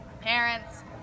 parents